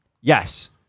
Yes